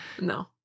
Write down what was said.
No